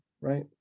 right